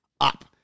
up